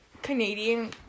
Canadian